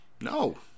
No